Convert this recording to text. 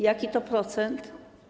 Jaki to procent?